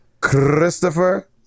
christopher